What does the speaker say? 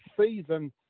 season